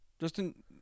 Justin